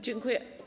Dziękuję.